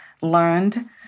learned